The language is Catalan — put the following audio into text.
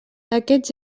aquests